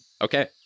Okay